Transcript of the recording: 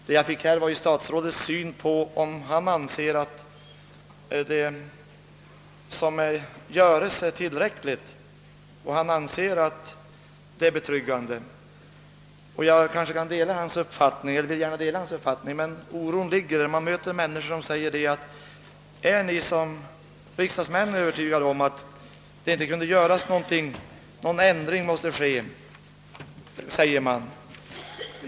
Vad jag ville veta var om statsrådet anser att det som görs är tillräckligt, om han anser att det är betryggande. Jag vill gärna dela hans uppfattning, men oron finns kvar. Man möter människor som säger: »Är ni som riksdagsmän övertygade om att det inte kan göras någonting?» Man säger att det måste bli någon ändring.